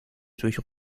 durch